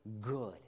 Good